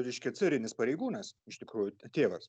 reiškia carinis pareigūnas iš tikrųjų tėvas